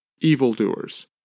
evildoers